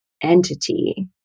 entity